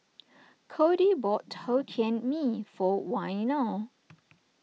Codie bought Hokkien Mee for Waino